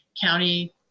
county